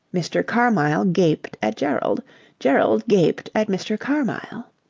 mr. carmyle gaped at gerald gerald gaped at mr. carmyle.